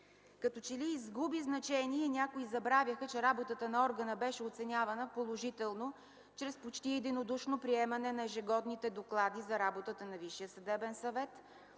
Като че ли изгуби значение или някои забравиха, че работата на органа беше оценявана положително чрез почти единодушно приемане на ежегодните доклади за работата на